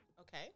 okay